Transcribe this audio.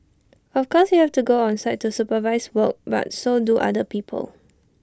of course you have to go on site to supervise work but so do other people